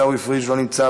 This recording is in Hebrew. עיסאווי פריג' לא נמצא,